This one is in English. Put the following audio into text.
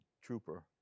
trooper